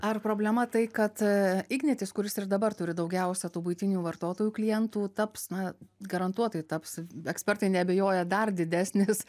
ar problema tai kad ignitis kuris ir dabar turi daugiausia tų buitinių vartotojų klientų taps na garantuotai taps ekspertai neabejoja dar didesnis